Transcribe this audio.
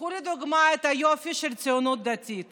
קחו לדוגמה את היופי של הציונות הדתית